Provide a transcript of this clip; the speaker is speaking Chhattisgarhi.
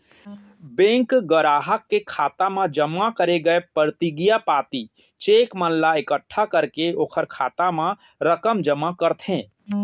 बेंक गराहक के खाता म जमा करे गय परतिगिया पाती, चेक मन ला एकट्ठा करके ओकर खाता म रकम जमा करथे